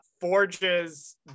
forges